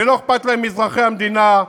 ולא אכפת להם מאזרחי המדינה,